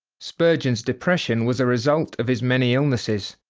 spurgeon's depression was a result of his many illnesses.